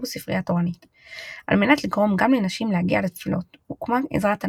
אין עדות כתובה או עדות אחרת לכך שבבתי הכנסת של אותה עת נערכו תפילות.